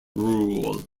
rule